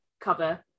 cover